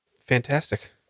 Fantastic